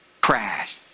crash